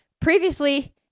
previously